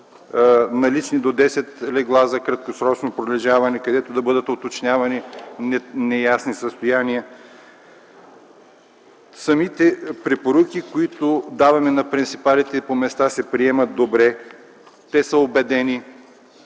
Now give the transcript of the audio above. налични до 10 легла за краткосрочно пролежаване, където да бъдат уточнявани неясни състояния. Самите препоръки, които даваме на принципалите по места, се приемат добре. Те са убедени,